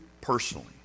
personally